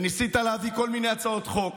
וניסית להביא כל מיני הצעות חוק,